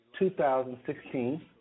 2016